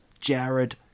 Jared